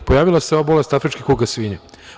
Pojavila se ova bolest afrička kuga svinja.